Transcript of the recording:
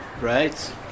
right